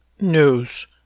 News